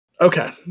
Okay